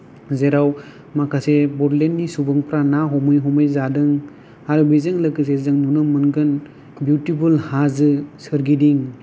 जेराव माखासे बड'लेण्डनि सुबुंफोरा ना हमै हमै जादों आरो बेजों लोगोसे जों नुनो मोनगोन बिउटिफुल हाजो सोरगिदिं